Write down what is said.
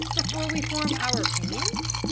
before we form our opinions?